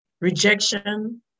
rejection